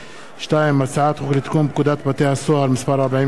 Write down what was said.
של חברי הכנסת זאב בילסקי